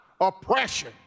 oppression